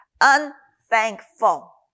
unthankful